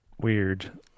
weird